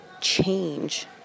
change